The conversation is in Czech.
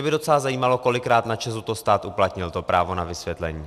Mě by docela zajímalo, kolikrát na ČEZu stát uplatnil to právo na vysvětlení.